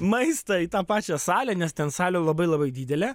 maistą į tą pačią salę nes ten salė labai labai didelė